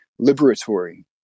liberatory